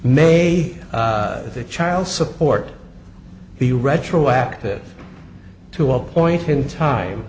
may the child support be retroactive to a point in time